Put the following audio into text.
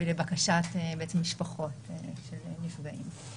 ולבקשת משפחות הנפגעים.